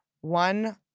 one